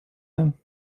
him